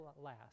last